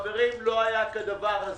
לא היה כדבר הזה.